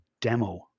demo